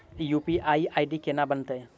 UPI ID केना बनतै?